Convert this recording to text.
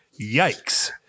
Yikes